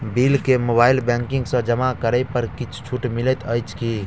Bill केँ mobile banking सँ जमा करै पर किछ छुटो मिलैत अछि की?